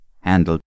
handled